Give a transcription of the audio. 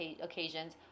occasions